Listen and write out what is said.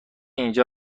اینجا